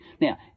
Now